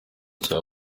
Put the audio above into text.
cya